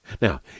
now